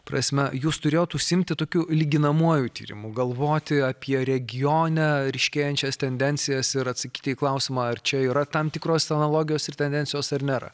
prasme jūs turėjot užsiimti tokiu lyginamuoju tyrimu galvoti apie regione ryškėjančias tendencijas ir atsakyti į klausimą ar čia yra tam tikros analogijos ir tendencijos ar nėra